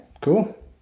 cool